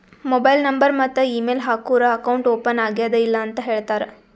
mobile number ಮತ್ತ email ಹಾಕೂರ್ account open ಆಗ್ಯಾದ್ ಇಲ್ಲ ಅಂತ ಹೇಳ್ತಾರ್